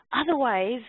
Otherwise